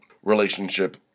relationship